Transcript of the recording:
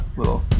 little